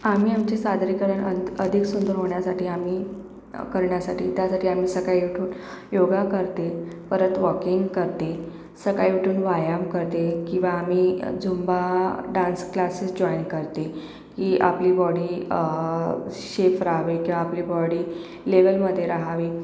आम्ही आमचे सादरीकरण अद अधिक सुंदर होण्यासाठी आम्ही करण्यासाठी त्यासाठी आम्ही सकाळी उठून योगा करते परत वॉकिंग करते सकाळी उठून व्यायाम करते किंवा आम्ही झुम्बा डान्स क्लासेस जॉईन करते की आपली बॉडी शेप रहावे किंवा आपली बॉडी लेवलमध्ये रहावी